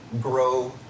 grow